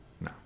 No